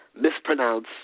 mispronounce